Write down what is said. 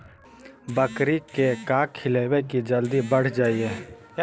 बकरी के का खिलैबै कि जल्दी बढ़ जाए?